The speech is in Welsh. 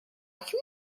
ymolchi